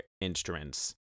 instruments